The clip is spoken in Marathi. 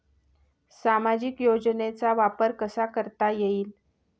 सामाजिक योजनेचा वापर कसा करता येईल?